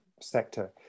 sector